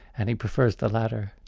and he prefers the latter.